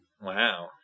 Wow